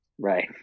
right